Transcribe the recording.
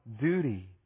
duty